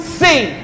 see